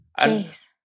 Jeez